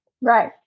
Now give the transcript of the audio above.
Right